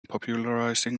popularizing